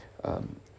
um